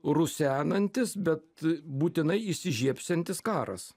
rusenantis bet būtinai įsižiebsiantis karas